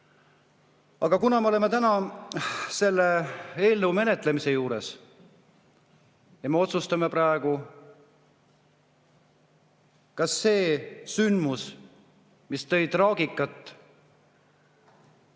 Aga me oleme täna selle eelnõu menetlemise juures ja me otsustame praegu, kas see sündmus, mis tõi traagikat paljude